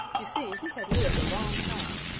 you see he had lived a long time,